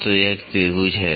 तो यह एक त्रिभुज है